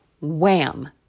wham